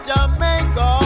Jamaica